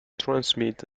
transmit